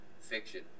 fiction